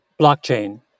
blockchain